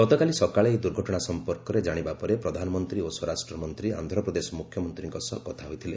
ଗତକାଲି ସକାଳେ ଏହି ଦୁର୍ଘଟଣା ସମ୍ପର୍କରେ ଜାଣିବା ପରେ ପ୍ରଧାନମନ୍ତ୍ରୀ ଓ ସ୍ୱରାଷ୍ଟ୍ର ମନ୍ତ୍ରୀ ଆନ୍ଧ୍ରପ୍ରଦେଶ ମୁଖ୍ୟମନ୍ତ୍ରୀଙ୍କ ସହ କଥା ହୋଇଥିଲେ